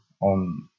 on